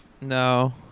No